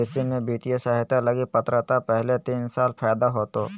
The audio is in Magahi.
कृषि में वित्तीय सहायता लगी पात्रता पहले तीन साल फ़ायदा होतो